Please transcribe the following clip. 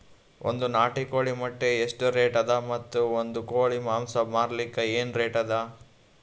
ಒಂದ್ ನಾಟಿ ಕೋಳಿ ಮೊಟ್ಟೆ ಎಷ್ಟ ರೇಟ್ ಅದ ಮತ್ತು ಒಂದ್ ಕೋಳಿ ಮಾಂಸ ಮಾರಲಿಕ ಏನ ರೇಟ್ ಅದ?